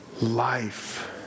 life